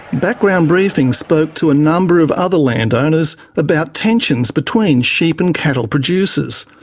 background briefing spoke to a number of other land owners about tensions between sheep and cattle producers.